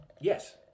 Yes